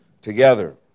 together